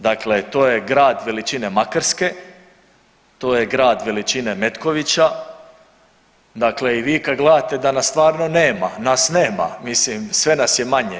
Dakle, to je grad veličine Makarske, to je grad veličine Metkovića, dakle i vi kad gledate da nas stvarno nema, nas nema, mislim sve nas je manje.